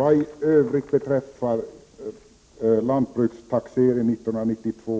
frågan om lantbrukstaxeringen år 1992.